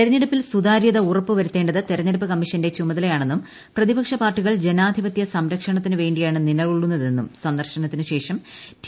തെരഞ്ഞെടുപ്പിൽ സുതാര്യത ഉറപ്പുവരുത്തേണ്ടത് തെരഞ്ഞെടുപ്പ് കമ്മീഷന്റെ ചുമതലയാണെന്നും പ്രതിപക്ഷ പാർട്ടികൾ ജനാധിപത്യ സംരക്ഷണത്തിനു വേണ്ടിയാണ് നിലകൊള്ളുന്നതെന്നും സന്ദർശനത്തിനു ശേഷം ടി